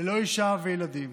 ללא אישה וילדים.